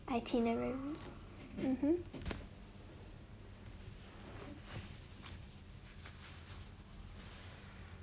itinerary mmhmm